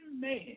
man